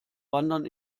wandern